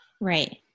Right